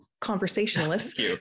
conversationalist